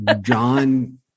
John